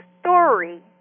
story